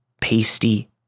pasty